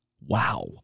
Wow